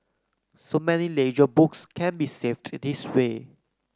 so many ledger books can be saved this way